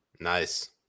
Nice